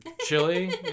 Chili